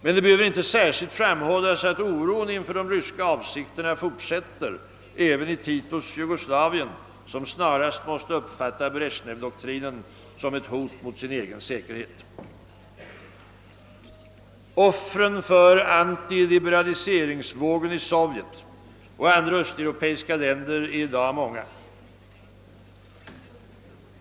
Och det behöver inte särskilt framhållas att oron inför de ryska avsikterna finns även i Titos Jugoslavien, som snarast måste uppfatta Brezjnevdoktrinen som ett hot mot sin egen frihet. Offren för = antiliberaliseringsvågen i Sovjet och i andra östeuropeiska länder är i dag många.